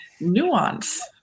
Nuance